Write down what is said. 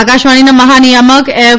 આકાશવાણીના મહાનિયામક એફ